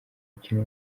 ukina